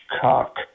cock